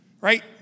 right